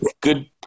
good